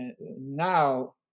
Now